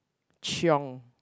chiong